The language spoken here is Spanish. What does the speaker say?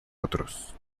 otros